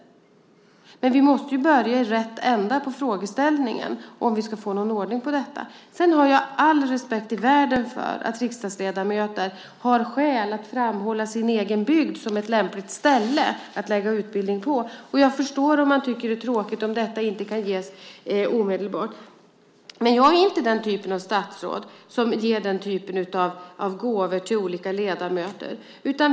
Men vi måste börja i rätt ända på frågeställningen om vi ska få någon ordning på detta. Sedan har jag all respekt i världen för att riksdagsledamöter har skäl att framhålla sin egen bygd som ett lämpligt ställe att förlägga utbildning till. Jag förstår om man tycker att det är tråkigt om detta inte kan göras omedelbart. Men jag är inte den typ av statsråd som ger den sortens gåvor till olika ledamöter.